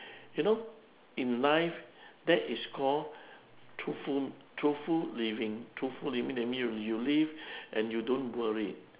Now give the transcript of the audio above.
you know in life that is call truthful truthful living truthful living that mean you you live and you don't worry